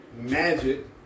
Magic